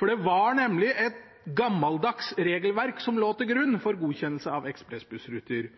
Det var nemlig et gammeldags regelverk som lå til grunn for godkjennelse av ekspressbussruter.